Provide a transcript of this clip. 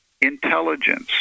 intelligence